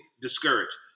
discouraged